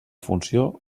funció